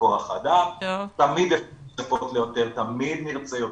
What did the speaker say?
כח אדם, תמיד אפשר --- ליותר, תמיד נרצה יותר.